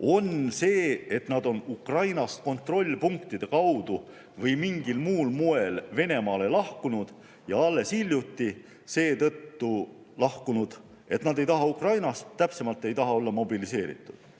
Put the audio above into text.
on see, et nad on Ukrainast kontrollpunktide kaudu või mingil muul moel Venemaale lahkunud ja alles hiljuti lahkunud seetõttu, et nad ei taha Ukrainas, täpsemalt, ei taha olla mobiliseeritud.